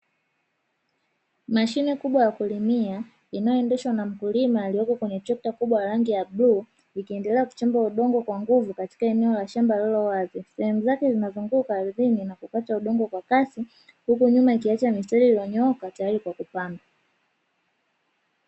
Mashine kubwa ya kulimia inayoendeshwa na mkulima alioko kwenye trekta kubwa ya rangi ya bluu, ikiendelea kuchimba udongo kwa nguvu katika eneo la shamba lililo wazi. Sehemu zake zinazunguka ardhini na kukata udongo kwa kasi huku nyuma ikiacha mistari iliyonyooka tayari kwa kupanda.